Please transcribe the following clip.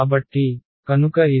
కాబట్టి కనుక ఇది